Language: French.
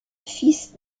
fils